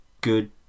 good